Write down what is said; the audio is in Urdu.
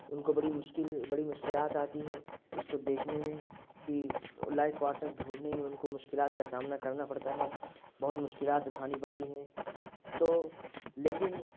ان کو بڑی مشکل بڑی مشکلات آتی ہیں اس کو دیکھنے میں کہ لائف پاٹنر ڈھونڈنے میں ان کو مشکلات کا سامنا کرنا پڑتا ہے بہت مشکلات اٹھانی پڑتی ہیں تو لیکن